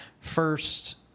First